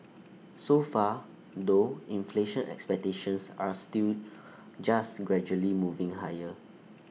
so far though inflation expectations are still just gradually moving higher